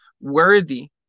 worthy